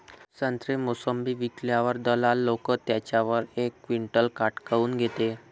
संत्रे, मोसंबी विकल्यावर दलाल लोकं त्याच्यावर एक क्विंटल काट काऊन घेते?